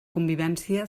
convivència